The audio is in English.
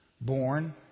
born